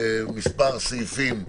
מספר סעיפים,